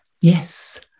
yes